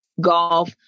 golf